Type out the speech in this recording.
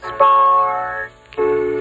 Sparky